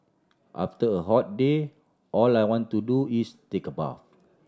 after a hot day all I want to do is take a bath